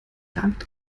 damit